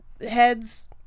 heads